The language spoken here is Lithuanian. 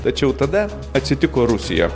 tačiau tada atsitiko rusija